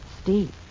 Steve